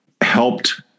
helped